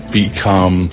become